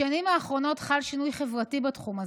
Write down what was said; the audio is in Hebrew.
בשנים האחרונות חל שינוי חברתי בתחום הזה.